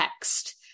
text